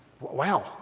wow